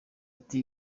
ati